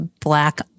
black